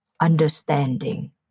understanding